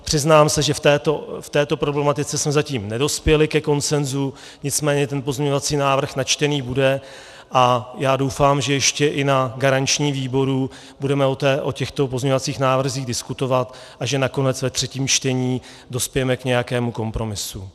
Přiznám se, že v této problematice jsme zatím nedospěli ke konsenzu, nicméně ten pozměňovací návrh načtený bude a já doufám, že ještě i na garančním výboru budeme o těchto pozměňovacích návrzích diskutovat a že nakonec ve třetím čtení dospějeme k nějakému kompromisu.